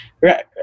Right